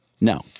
No